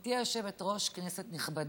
גברתי היושבת-ראש, כנסת נכבדה,